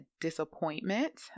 disappointment